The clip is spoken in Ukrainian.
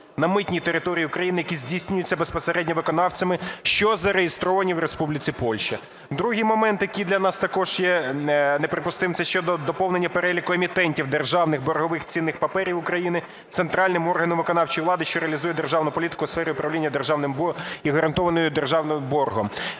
на митній території України, які здійснюються безпосередньо виконавцями, що зареєстровані в Республіці Польща. Другий момент, який для нас також є неприпустимим, це щодо доповнення переліку емітентів державних боргових цінних паперів України центральним органом виконавчої влади, що реалізує державну політику у сфері управління державним… і гарантованим державою боргом.